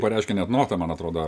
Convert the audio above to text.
pareiškę net notą man atrodo